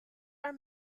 are